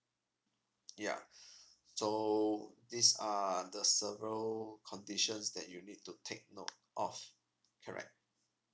ya so this are the several conditions sll that you need to take note of correct